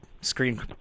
screen